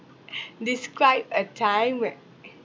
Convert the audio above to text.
describe a time where